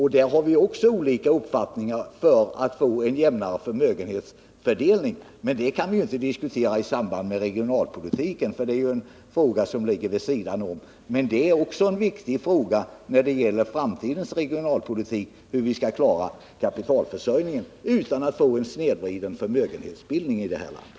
Här är också att säga att vi när det gäller att få en jämnare förmögenhetsfördelning också har olika uppfattningar, men den saken kan vi inte diskutera i samband med debatten om regionalpolitiken, för det är en fråga som ligger något vid sidan om den debatten. Men en viktig fråga när det gäller framtidens regionalpolitik är frågan om hur vi skall klara kapitalförsörjningen utan att få en snedvriden förmögenhetsbildning i det här landet.